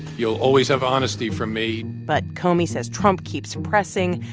you'll always have honesty from me but comey says trump keeps pressing.